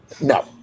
No